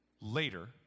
later